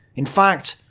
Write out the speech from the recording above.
in fact,